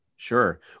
Sure